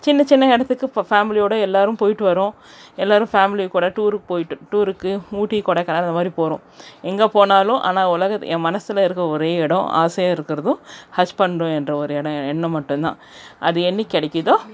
சின்ன சின்ன இடத்துக்கு ஃப ஃபேமிலியோடு எல்லோரும் போய்விட்டு வரோம் எல்லோரும் ஃபேமிலி கூட டூருக்கு போய்விட்டு டூருக்கு ஊட்டி கொடைக்கானல் அந்த மாதிரி போகிறோம் எங்கள் போனாலும் ஆனால் உலக என் மனதுல இருக்கற ஒரே இடோம் ஆசையாக இருக்கிறதும் ஹஜ் பண்ணுற என்ற ஓரே இடம் என்ன மட்டும் தான் அது என்றைக்கி கிடைக்கிதோ